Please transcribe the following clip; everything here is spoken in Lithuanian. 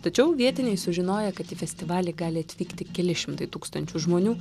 tačiau vietiniai sužinoję kad į festivalį gali atvykti keli šimtai tūkstančių žmonių